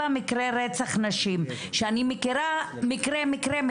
מקרי רצח נשים, ואני מכירה כל מקרה.